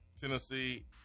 Tennessee